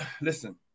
Listen